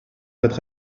être